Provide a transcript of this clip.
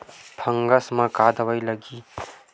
Fungus म का दवाई लगी?